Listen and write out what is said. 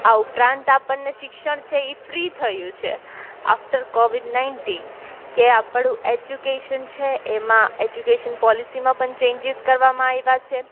આ ઉપરાંત આપણને શિક્ષણ છે એ ફ્રી થયું છે આફ્ટર કોવિદ નાઇન્ટી કે આપણું એજ્યુકેશન છે એમાં એજ્યુકેશન પોલિસીમાં પણ ચેન્જીસ કરવામાં આવ્યા છે